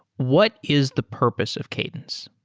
what is the purpose of cadence?